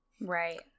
Right